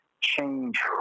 change